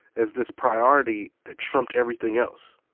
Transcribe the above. as this priority that trumped everything else.